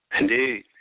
Indeed